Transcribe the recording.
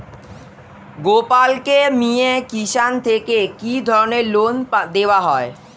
গোপালক মিয়ে কিষান থেকে কি ধরনের লোন দেওয়া হয়?